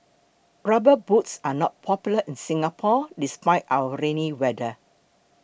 rubber boots are not popular in Singapore despite our rainy weather